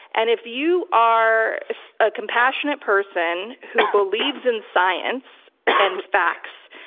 and if you are a compassionate person who believes in science and facts,